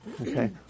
okay